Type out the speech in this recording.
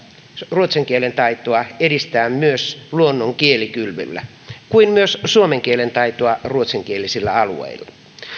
ruotsin kielen taitoa edistää myös luonnon kielikylvyllä kuin myös suomen kielen taitoa ruotsinkielisillä alueilla